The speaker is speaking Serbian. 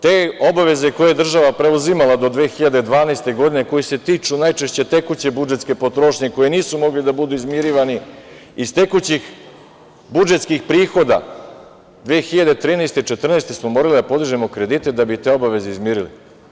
Te obaveze koje je država preuzimala do 2012. godine, koje se tiču najčešće tekuće budžetske potrošnje, koji nisu mogli da budu izmirivani iz tekućih budžetskih prihoda, 2013. i 2014. godine smo morali da podižemo kredite da bi te obaveze izmirili.